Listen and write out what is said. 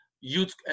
Youth